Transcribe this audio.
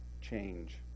change